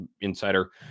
insider